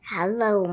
Hello